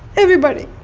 everybody.